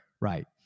Right